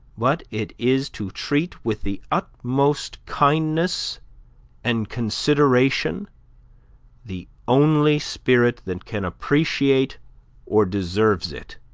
but it is to treat with the utmost kindness and consideration the only spirit that can appreciate or deserves it.